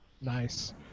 Nice